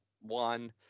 one